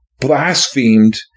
blasphemed